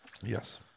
Yes